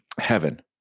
heaven